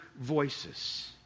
voices